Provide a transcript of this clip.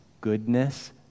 goodness